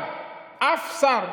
אבל אף שר,